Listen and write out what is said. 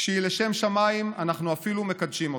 כשהיא לשם שמיים אנחנו אפילו מקדשים אותה.